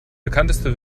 bekannteste